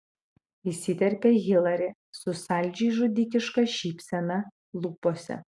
įsiterpia hilari su saldžiai žudikiška šypsena lūpose